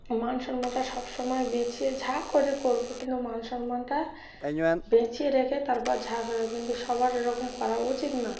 মান সম্মানটা সবসময় বাঁচিয়ে যা করে করুক কিন্তু মান সম্মানটা বাঁচিয়ে রেখে তারপর যা করে কিন্তু সবার এরকম করা উচিত না